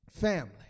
family